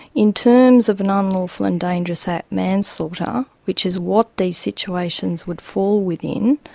in terms of an um unlawful and dangerous act, manslaughter, which is what these situations would fall within,